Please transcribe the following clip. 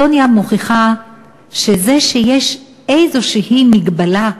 סוניה מוכיחה שזה שיש איזושהי מגבלה,